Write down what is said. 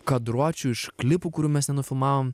kadruočių iš klipų kurių mes nenufilmavom